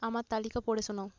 আমার তালিকা পড়ে শোনাও